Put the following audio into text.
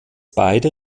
beide